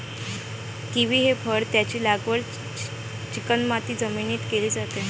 kiwi हे फळ आहे, त्याची लागवड चिकणमाती जमिनीत केली जाते